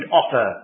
offer